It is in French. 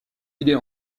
est